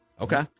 Okay